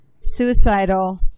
suicidal